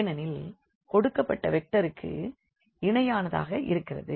ஏனெனில் கொடுக்கப்பட்ட வெக்டருக்கு இணையானதாக இருக்கிறது